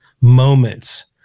moments